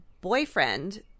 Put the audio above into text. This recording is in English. boyfriend